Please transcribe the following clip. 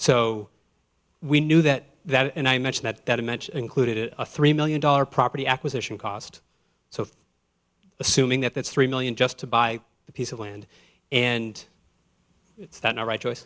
so we knew that that and i mentioned that that included a three million dollars property acquisition cost so assuming that that's three million just to buy a piece of land and it's the right choice